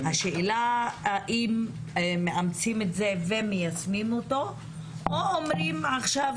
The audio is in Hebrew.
השאלה היא האם מאמצים את זה ומיישמים או שאומרים שעכשיו